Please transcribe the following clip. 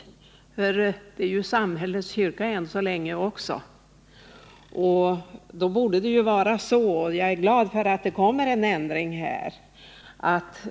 Det jag berört i min fråga gäller kyrkans förskola, och också kyrkan är ju än så länge samhällets. Då borde det vara så — och jag är glad för att det kommer att bli en ändring härvidlag — att